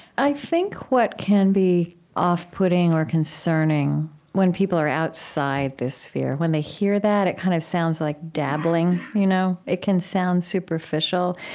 i think what can be off-putting or concerning when people are outside this sphere, when they hear that it kind of sounds like dabbling, you know? it can sound superficial.